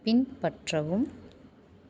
பின்பற்றவும்